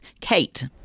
Kate